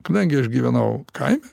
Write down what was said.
kadangi aš gyvenau kaime